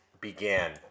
began